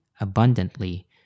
abundantly